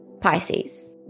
Pisces